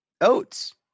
oats